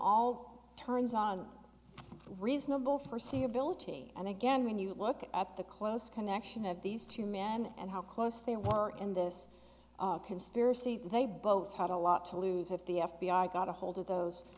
all turns on reasonable for see ability and again when you look at the close connection of these two men and how close they were in this conspiracy they both had a lot to lose if the f b i got ahold of those